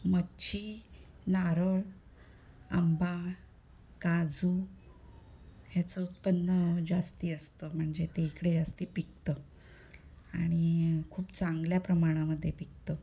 मच्छी नारळ आंबा काजू ह्याचं उत्पन्न जास्त असतं म्हणजे ते इकडे असते पिकतं आणि खूप चांगल्या प्रमाणामध्ये पिकतं